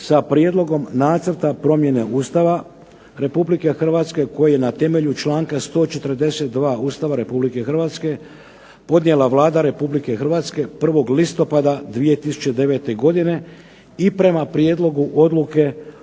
sa Prijedlogom nacrta promjene Ustava Republike Hrvatske koji je na temelju članka 142. Ustava Republike Hrvatske podnijela Vlada Republike Hrvatske 1. listopada 2009. godine i prema Prijedlogu odluke